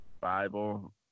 Bible